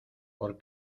por